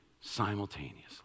simultaneously